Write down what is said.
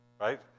Right